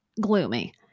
gloomy